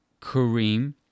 Kareem